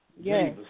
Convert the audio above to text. Yes